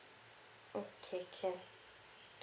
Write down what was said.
okay can